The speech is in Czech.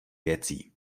věcí